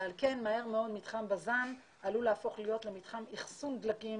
על כן מהר מאוד מתחם בז"ן עלול לעבוד להיות מתקן לאחסון דלקים,